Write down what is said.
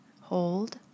Hold